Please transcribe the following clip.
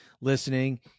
listening